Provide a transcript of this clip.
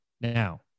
Now